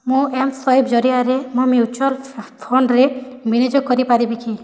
ମୋ M swipe ଜରିଆରେ ମୁଁ ମ୍ୟୁଚୁଆଲ୍ ଫଣ୍ଡରେ ବିନିଯୋଗ କରିପାରିବି କି